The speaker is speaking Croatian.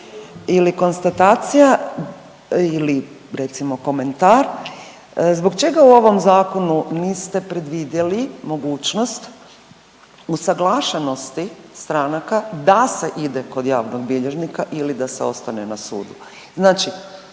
ili konstatacija ili recimo komentar zbog čega u ovom zakonu niste predvidjeli mogućnost usaglašenosti stranaka da se ide kod javnog bilježnika ili da se ostane na sudu?